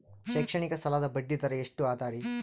ಶೈಕ್ಷಣಿಕ ಸಾಲದ ಬಡ್ಡಿ ದರ ಎಷ್ಟು ಅದರಿ?